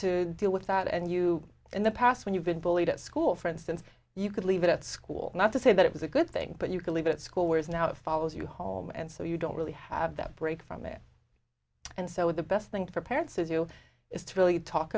to deal with that and you in the past when you've been bullied at school for instance you could leave it at school not to say that it was a good thing but you can leave it at school whereas now it follows you home and so you don't really have that break from it and so the best thing for parents to do is to really talk